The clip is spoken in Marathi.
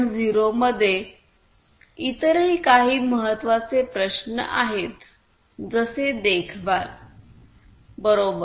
0 मध्ये इतरही काही महत्त्वाचे प्रश्न आहेत जसे देखभाल बरोबर